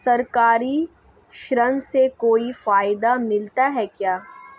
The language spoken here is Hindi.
सरकारी ऋण से कोई फायदा मिलता है क्या?